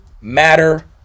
matter